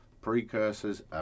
precursors